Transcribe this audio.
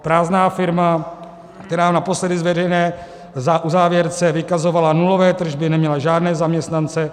Prázdná firma, která naposledy ve veřejné uzávěrce vykazovala nulové tržby, neměla žádné zaměstnance.